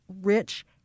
rich